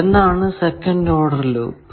എന്താണ് second order loop